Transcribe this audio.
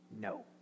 No